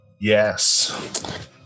Yes